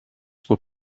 were